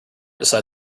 decide